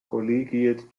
collegiate